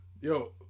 Yo